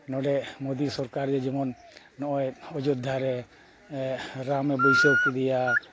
ᱱᱚᱰᱮ ᱢᱳᱫᱤ ᱥᱚᱨᱠᱟᱨ ᱡᱮᱢᱚᱱ ᱱᱚᱜᱼᱚᱭ ᱚᱡᱳᱫᱽᱫᱷᱟ ᱨᱮ ᱨᱟᱢᱮ ᱵᱟᱹᱭᱥᱟᱹᱣ ᱠᱮᱫᱮᱭᱟ